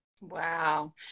wow